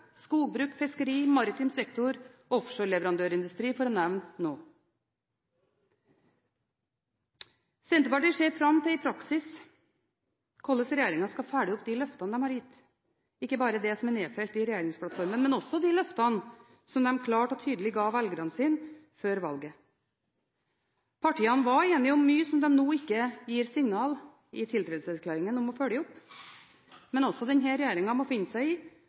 skogbruk, fiskeri, maritim sektor og offshoreleverandørindustri, for å nevne noe. Senterpartiet ser fram til hvordan regjeringen i praksis skal følge opp de løftene de har gitt – ikke bare det som er nedfelt i regjeringsplattformen, men også de løftene som de klart og tydelig ga velgerne sine før valget. Partiene var enige om mye som de nå ikke gir signal i tiltredelseserklæringen om å følge opp. Men også denne regjeringen må finne seg i